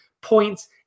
points